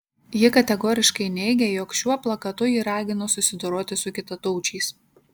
ji kategoriškai neigė jog šiuo plakatu ji ragino susidoroti su kitataučiais